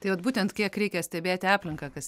tai vat būtent kiek reikia stebėti aplinką kas